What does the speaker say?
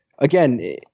Again